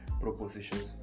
propositions